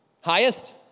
Highest